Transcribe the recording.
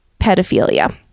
pedophilia